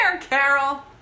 Carol